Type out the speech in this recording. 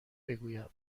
بگویم